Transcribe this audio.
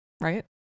right